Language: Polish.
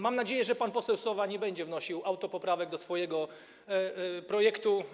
Mam nadzieję, że pan poseł Sowa nie będzie wnosił autopoprawek do swojego projektu.